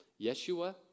Yeshua